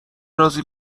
رازی